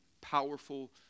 powerful